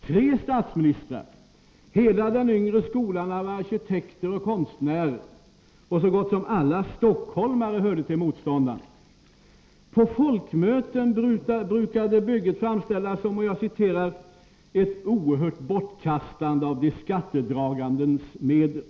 Tre statsministrar, hela den yngre skolan av arkitekter och konstnärer och så gott som alla stockholmare hörde till motståndarna. På folkmöten brukade bygget framställas som ”ett oerhördt bortkastande af de skattedragandes medel”.